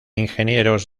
ingenieros